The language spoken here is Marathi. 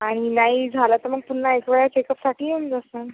आणि नाही झालं तर मग पुन्हा एक वेळा चेकअपसाठी येऊन जाशाल